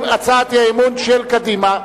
הצעת האי-אמון של קדימה.